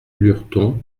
lurton